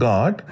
God